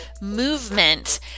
movement